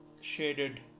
shaded